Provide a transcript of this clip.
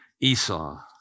Esau